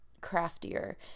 craftier